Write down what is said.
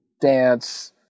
dance